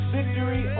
Victory